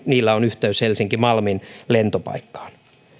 niillä on yhteys helsinki malmin lentopaikkaan